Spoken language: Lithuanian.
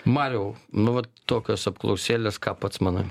mariau nu vat tokios apklausėlės ką pats manai